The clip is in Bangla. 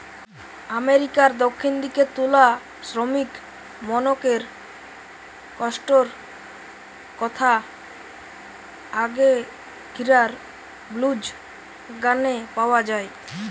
আমেরিকার দক্ষিণ দিকের তুলা শ্রমিকমনকের কষ্টর কথা আগেকিরার ব্লুজ গানে পাওয়া যায়